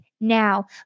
now